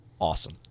awesome